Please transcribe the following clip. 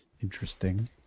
interesting